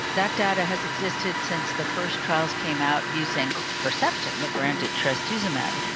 that data has existed since the first trials came out using herceptin, the branded trastuzumab.